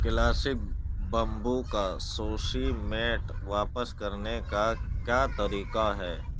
classic bamboo کا sushi mat واپس کرنے کا کیا طریقہ ہے